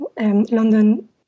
London